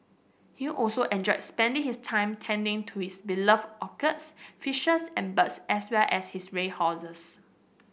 he also enjoyed spending his time tending to his beloved orchids fishes and birds as well as his ray horses